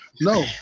No